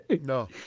No